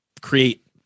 create